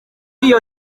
iyi